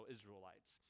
Israelites